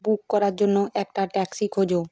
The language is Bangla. বুক করার জন্য একটা ট্যাক্সি খোঁজো